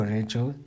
Rachel